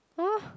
!huh!